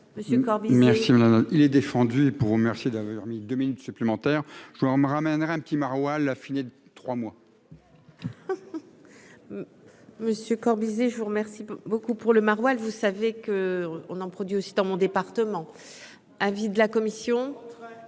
merci madame. Il est défendu pour vous remercier d'avoir mis deux minutes supplémentaires, je voudrais me ramènera un petit maroilles a fini de 3 mois. Monsieur Corbizet je vous remercie beaucoup pour le maroilles, vous savez que on en produit aussi dans mon département, avis de la commission,